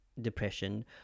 depression